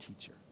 teacher